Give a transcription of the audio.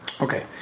Okay